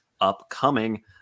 upcoming